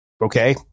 okay